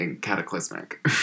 cataclysmic